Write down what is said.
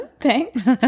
Thanks